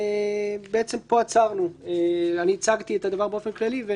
בעצם פה עצרנו, אני הצגתי את הדבר באופן כללי.